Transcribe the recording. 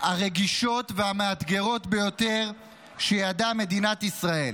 הרגישות והמאתגרות ביותר שידעה מדינת ישראל.